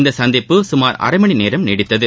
இந்த சந்திப்பு சுமார் அரைமணி நேரம் நீடித்தது